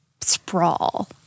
sprawl